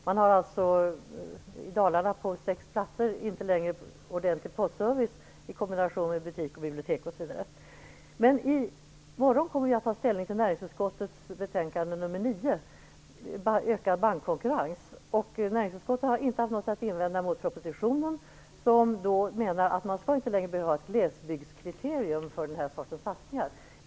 Man har på sex platser i I morgon kommer vi att ta ställning till näringsutskottets betänkande nr 9, om ökad bankkonkurrens. Näringsutskottet har inte haft något att invända mot propositionen, där det hävdas att det inte skall vara nödvändigt med ett glesbygdskriterium för den här sortens satsningar.